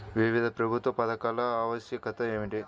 వివిధ ప్రభుత్వ పథకాల ఆవశ్యకత ఏమిటీ?